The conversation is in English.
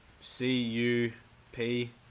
C-U-P